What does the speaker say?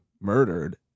murdered